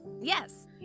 yes